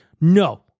No